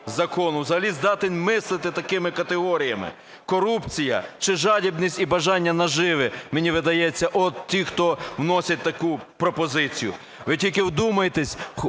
взагалі здатен мислити такими категоріями? Корупція чи жадібність і бажання наживи, мені видається, от ті, хто вносять таку пропозицію. Ви тільки вдумайтесь,